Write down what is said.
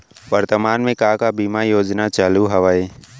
वर्तमान में का का बीमा योजना चालू हवये